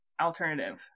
alternative